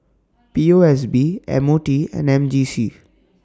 P O S B M O T and M J C